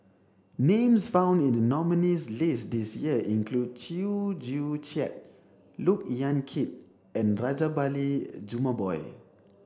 names found in the nominees' list this year include Chew Joo Chiat Look Yan Kit and Rajabali Jumabhoy